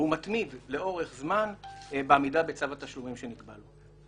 והוא מתמיד לאורך זמן בעמידה בצו התשלומים שנקבע לו.